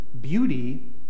beauty